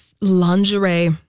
lingerie